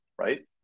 right